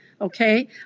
okay